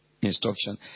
instruction